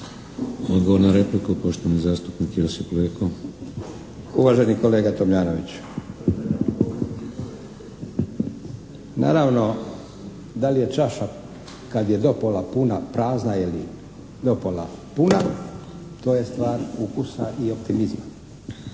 Odgovor na repliku, poštovani zastupnik Josip Leko. **Leko, Josip (SDP)** Uvaženi kolega Tomljanoviću. Naravno da li je čaša kad je dopola puna prazna ili dopola puna, to je stvar ukusa i optimizma.